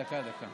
דקה.